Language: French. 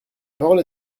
parole